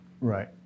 Right